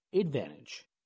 advantage